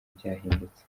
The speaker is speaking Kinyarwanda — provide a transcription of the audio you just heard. byahindutse